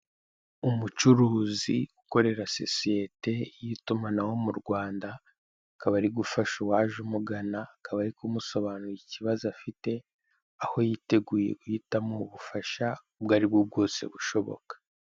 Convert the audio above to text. Umucuruzi ukorera sosiyete y'itumanaho mu Rwanda, akaba ari gufasha uwaje umugana, akaba ari kumusobanurira ikibazo afite aho yiteguye kumuha ubufasha ubwo aribwo bwose bushoboka.